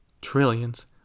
trillions